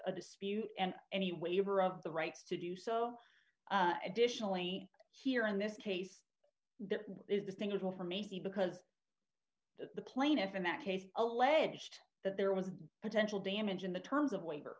a dispute and any waiver of the rights to do so additionally here in this case is a thing as well for me because the plaintiff in that case alleged that there was potential damage in the terms of